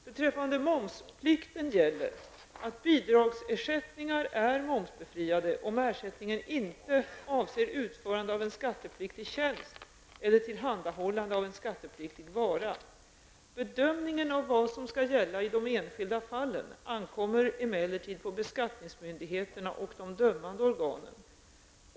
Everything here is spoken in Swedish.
Beträffande momsplikten gäller att bidragsersättningar är momsbefriade om ersättningen inte avser utförande av en skattepliktig tjänst eller tillhandahållande av en skattepliktig vara. Bedömningen av vad som skall gälla i de enskilda fallen ankommer emellertid på beskattningsmyndigheterna och de dömande organen.